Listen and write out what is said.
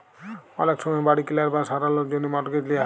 অলেক সময় বাড়ি কিলার বা সারালর জ্যনহে মর্টগেজ লিয়া হ্যয়